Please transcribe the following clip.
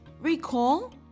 Recall